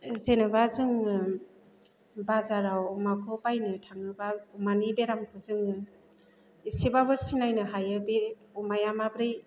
जेनोबा जोङो बाजाराव अमाखौ बायनो थाङोबा माने बेरामखौ जोङो एसेबाबो सिनायनो हायो बे अमाया माब्रै